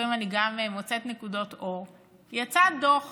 לפעמים אני גם מוצאת נקודות אור: יצא דוח